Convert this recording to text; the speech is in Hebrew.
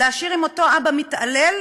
להשאיר עם אותו אבא מתעלל.